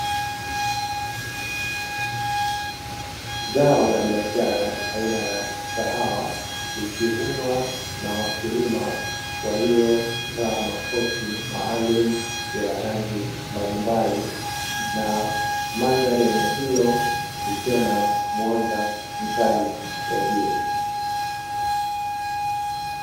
Zao la biashara aina ya kahawa likivunwa na wakulima waliovaa makoti maalumu ya rangi mbalimbali na mandhari ya eneo hilo likiwa na mwanga mkali wa jua.